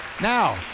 Now